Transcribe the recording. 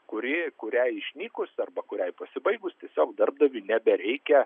kuri kuriai išnykus arba kuriai pasibaigus tiesiog darbdaviui nebereikia